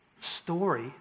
story